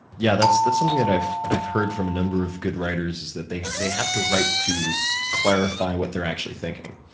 yeah, that's that's something that i've i've heard from a number of good writers, is that they they have to write to clarify what they're actually thinking.